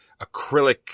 acrylic